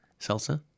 Salsa